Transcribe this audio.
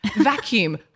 vacuum